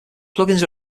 plugins